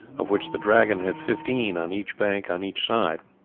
of which the dragon had fifteen on each bank on each side.